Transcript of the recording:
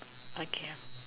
okay